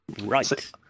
Right